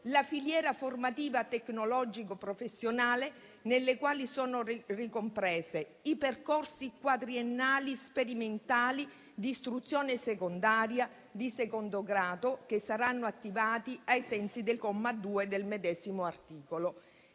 la filiera formativa tecnologico-professionale, nella quale sono ricompresi: i percorsi quadriennali sperimentali di istruzione secondaria di secondo grado, che saranno attivati ai sensi del comma 2 del medesimo articolo;